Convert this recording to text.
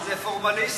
זה פורמליסטיקה,